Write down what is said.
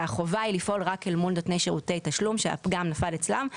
שהחובה היא לפעול רק אל מול נותני שירותי תשלום שהפגם נפל אצלם,